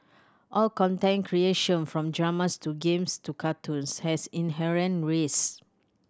all content creation from dramas to games to cartoons has inherent risk